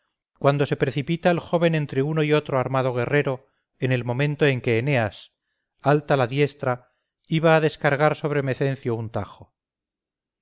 cuando se precipita el joven entre uno y otro armado guerrero en el momento en que eneas alta la diestra iba a descargar sobre mecencio un tajo